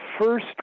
first